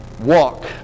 walk